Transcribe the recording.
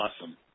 Awesome